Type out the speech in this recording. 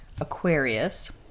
Aquarius